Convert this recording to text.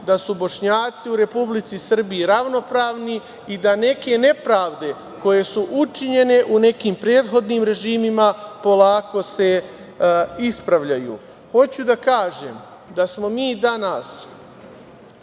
da su Bošnjaci u Republici Srbiji ravnopravni i da neke nepravde koje su učinjene u nekim prethodnim režimima polako se ispravljaju. Hoću da kažem da smo mi danas